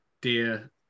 dear